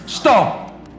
stop